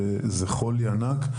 וזה חולי ענק.